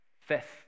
Fifth